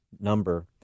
number